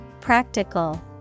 Practical